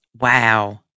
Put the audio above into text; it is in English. Wow